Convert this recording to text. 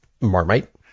Marmite